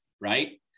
right